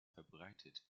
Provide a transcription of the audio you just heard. verbreitet